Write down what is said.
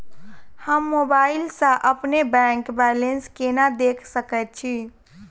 हम मोबाइल सा अपने बैंक बैलेंस केना देख सकैत छी?